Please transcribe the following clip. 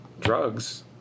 drugs